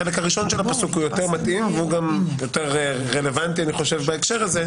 החלק הראשון של הפסוק יותר מתאים והוא גם יותר רלוונטי בהקשר הזה.